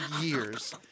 years